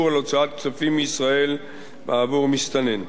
על הוצאת כספים מישראל בעבור מסתנן.